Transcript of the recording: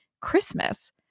Christmas